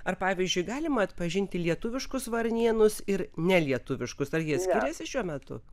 ar pavyzdžiui galima atpažinti lietuviškus varnėnus ir nelietuviškus ar jie skiriasi šiuo metu